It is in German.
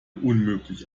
unmöglich